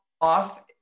off